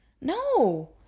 No